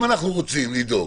אם אנחנו רוצים לדאוג,